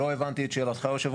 לא הבנתי את שאלתך, היושב-ראש.